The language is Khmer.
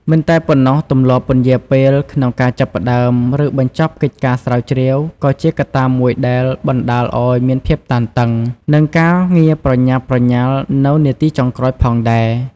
មិនតែប៉ុណ្ណោះ ទម្លាប់ពន្យារពេលក្នុងការចាប់ផ្តើម ឬបញ្ចប់កិច្ចការស្រាវជ្រាវក៏ជាកត្តាមួយដែលបណ្តាលឱ្យមានភាពតានតឹង និងការងារប្រញាប់ប្រញាល់នៅនាទីចុងក្រោយផងដែរ។